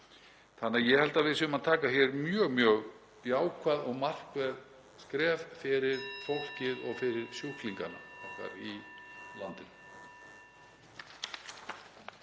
Þannig að ég held að við séum að stíga hér mjög jákvæð og markverð skref fyrir fólkið og fyrir sjúklingana okkar í landinu.